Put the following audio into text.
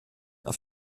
auf